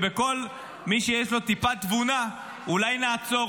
ובכל מי שיש לו טיפת תבונה: אולי נעצור?